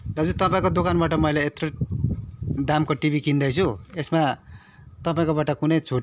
दाजु तपाईँको दोकानबाट मैले यत्रो दामको टिभी किन्दैछु यसमा तपाईँकोबाट कुनै छुट्